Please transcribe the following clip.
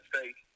States